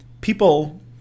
people